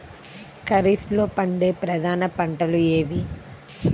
ఖరీఫ్లో పండే ప్రధాన పంటలు ఏవి?